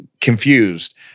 confused